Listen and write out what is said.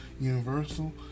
Universal